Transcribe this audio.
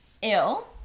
ill